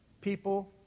People